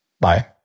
Bye